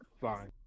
fine